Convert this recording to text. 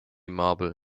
marble